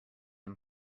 him